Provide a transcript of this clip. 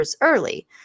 early